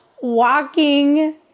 walking